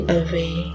away